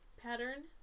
pattern